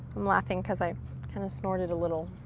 i'm laughing cause i kind of snorted a little.